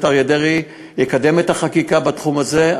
אריה דרעי יקדמו את החקיקה בתחום הזה.